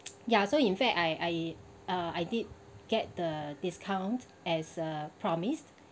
ya so in fact I I uh I did get the discount as uh promised